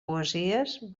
poesies